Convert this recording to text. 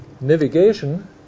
Navigation